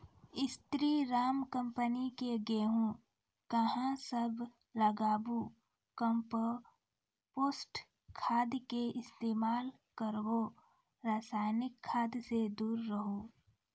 स्री Ram company के गेहूँ अहाँ सब लगाबु कम्पोस्ट खाद के इस्तेमाल करहो रासायनिक खाद से दूर रहूँ?